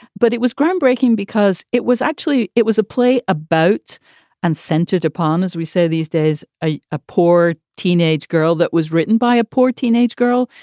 but it was groundbreaking because it was actually it was a play about and centered upon, as we say these days. a a poor teenage girl that was written by a poor teenage girl.